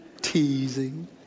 teasing